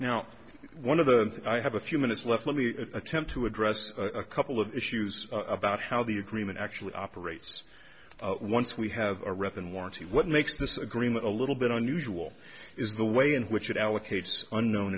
now one of the i have a few minutes left let me attempt to address a couple of issues about how the agreement actually operates once we have a rep and warranty what makes this agreement a little bit unusual is the way in which it allocates unknown